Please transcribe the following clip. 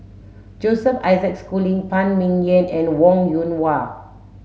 Joseph Isaac Schooling Phan Ming Yen and Wong Yoon Wah